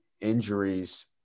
injuries